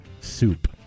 soup